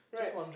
right